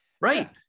right